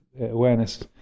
awareness